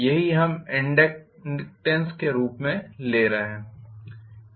यही हम इनडक्टेन्स के रूप में ले रहे हैं